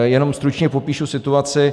Jenom stručně popíšu situaci.